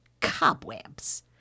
Cobwebs